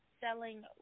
selling